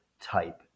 type